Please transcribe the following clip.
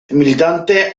militante